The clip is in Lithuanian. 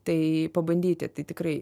tai pabandyti tai tikrai